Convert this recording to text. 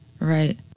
Right